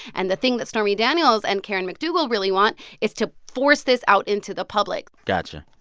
and the thing that stormy daniels and karen mcdougal really want is to force this out into the public got you.